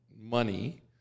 Money